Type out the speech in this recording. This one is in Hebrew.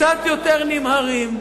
קצת יותר נמהרים,